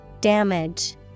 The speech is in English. Damage